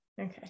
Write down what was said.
Okay